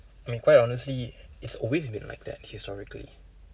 I mean quite honestly it's always been like that historically